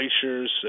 glaciers